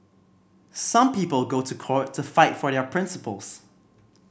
some people go to court to fight for their principles